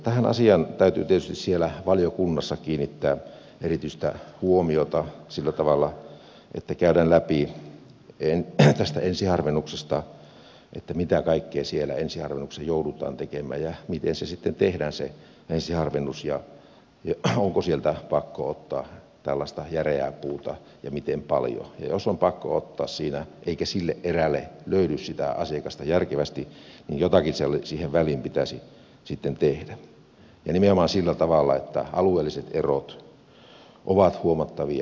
tähän asiaan täytyy tietysti siellä valiokunnassa kiinnittää erityistä huomiota sillä tavalla että käydään läpi tästä ensiharvennuksesta mitä kaikkea siellä ensiharvennuksessa joudutaan tekemään ja miten se ensiharvennus sitten tehdään ja onko sieltä pakko ottaa tällaista järeää puuta ja miten paljon ja jos on pakko ottaa sitä eikä sille erälle löydy sitä asiakasta järkevästi niin jotakin siihen väliin pitäisi sitten tehdä ja nimenomaan sitä ajatellen että alueelliset erot ovat huomattavia